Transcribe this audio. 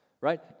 Right